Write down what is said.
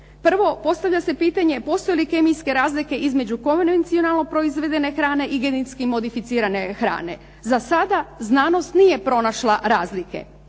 Prvo, postavlja se pitanje postoje li kemijske razlike između konvencionalno proizvedene hrane i genetski modificirane hrane. Za sada znanost nije pronašla razlike.